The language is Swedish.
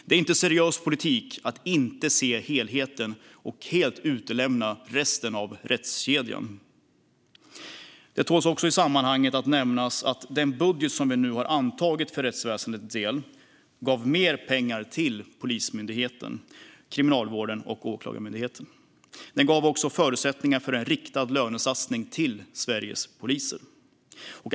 Det är inte seriös politik att inte se helheten och helt utelämna resten av rättskedjan. Det tål även i sammanhanget att nämnas att den budget som vi nu har antagit för rättsväsendets del ger mer pengar till Polismyndigheten, Kriminalvården och Åklagarmyndigheten. Den ger också förutsättningar för en riktad lönesatsning till Sveriges poliser.